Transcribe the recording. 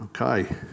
Okay